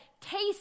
taste